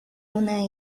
una